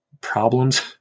problems